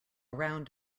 round